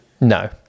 No